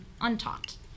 untaught